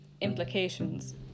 implications